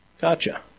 gotcha